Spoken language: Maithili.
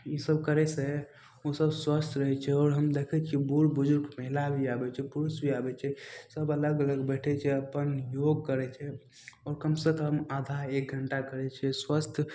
ईसब करयसँ उ सब स्वस्थ रहय छै आओर हम देखय छियै बूढ़ बुजुर्ग महिला भी आबय छै पुरुष भी आबय छै सब अलग अलग बैठय छै अपन योग करय छै आओर कम सँ कम आधा एक घण्टा करय छै स्वस्थ